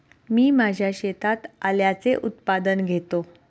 मी माझ्या शेतात आल्याचे उत्पादन घेतो